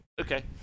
Okay